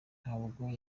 ntabwo